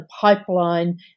pipeline